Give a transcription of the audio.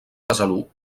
besalú